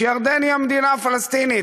שירדן היא המדינה הפלסטינית.